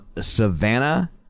Savannah